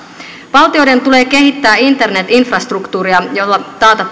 valtioiden tulee kehittää internet infrastruktuuria jolla